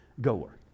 goer